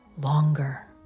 longer